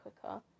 quicker